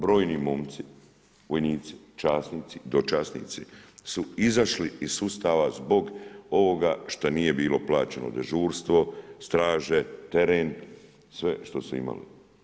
Brojni momci, vojnici, časnici, dočasnici su izašli iz sustava zbog ovoga šta nije bilo plaćeno dežurstvo, straže, teren sve što se imalo.